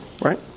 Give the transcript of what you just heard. right